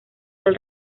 del